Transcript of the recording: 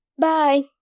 Bye